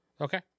Okay